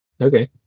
Okay